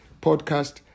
podcast